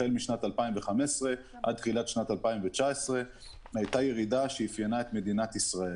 החל משנת 2015 עד תחילת שנת 2019 היתה ירידה שאפיינה את מדינת ישראל.